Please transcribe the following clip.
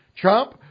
Trump